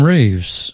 Reeves